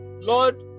Lord